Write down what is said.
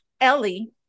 Ellie